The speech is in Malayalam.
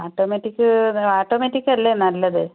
ഓട്ടോമാറ്റിക്ക് ഓട്ടോമാറ്റിക്കല്ലേ നല്ലത്